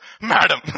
madam